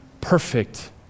perfect